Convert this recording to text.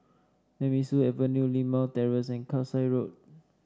Nemesu Avenue Limau Terrace and Kasai Road